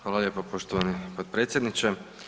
Hvala lijepo, poštovani potpredsjedniče.